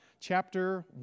chapter